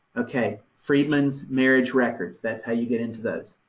ok, freedmen's marriage records that's how you get into those.